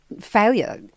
failure